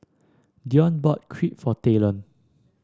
Dion bought Crepe for Talon